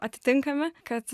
atitinkami kad